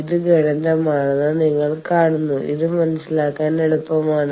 ഇത് ഗണിതമാണെന്ന് നിങ്ങൾ കാണുന്നു ഇത് മനസ്സിലാക്കാൻ എളുപ്പമാണ്